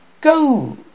go